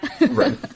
Right